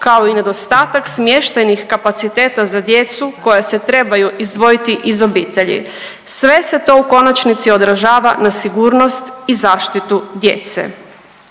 kao i nedostatak smještajnih kapaciteta za djecu koja se trebaju izdvojiti iz obitelji. Sve se to u konačnici odražava na sigurnost i zaštitu djece.